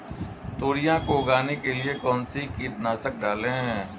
तोरियां को उगाने के लिये कौन सी कीटनाशक डालें?